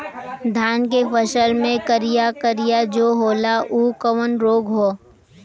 धान के फसल मे करिया करिया जो होला ऊ कवन रोग ह?